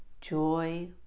joy